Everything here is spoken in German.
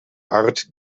art